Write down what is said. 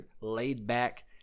laid-back